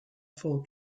full